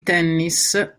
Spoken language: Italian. tennis